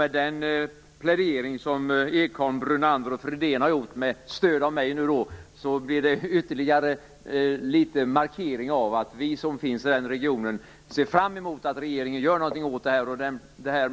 Med den plädering som har framförts av Berndt Ekholm, Lennart Brunander och Lennart Fridén med stöd av mig, blir det ytterligare litet markering av att vi som företräder den regionen ser fram emot att regeringen gör något åt frågan. Det är